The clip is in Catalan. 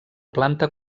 planta